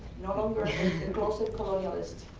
no longer a closet colonialist.